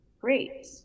great